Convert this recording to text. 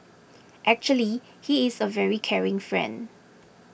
actually he is a very caring friend